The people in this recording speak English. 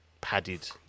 padded